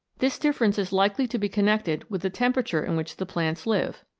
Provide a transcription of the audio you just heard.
this difference is likely to be connected with the temperature in which the plants live.